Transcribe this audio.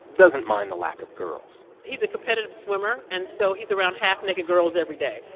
doesn't mind the lack of girls he's a competitive swimmer. and so he's around half-naked girls every day.